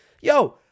Yo